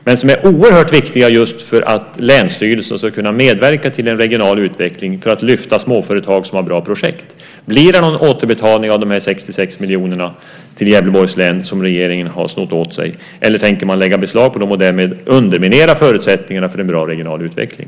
Men pengarna är oerhört viktiga för att länsstyrelser ska kunna medverka till en regional utveckling och för att lyfta upp småföretag med bra projekt. Blir det någon återbetalning av de 66 miljonerna till Gävleborgs län som regeringen har snott åt sig, eller tänker man lägga beslag på dem och därmed underminera förutsättningarna för en bra regional utveckling?